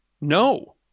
No